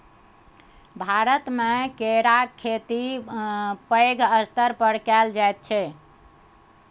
भारतमे केराक खेती पैघ स्तर पर कएल जाइत छै